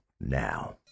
now